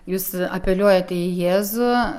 jūs apeliuojate į jėzų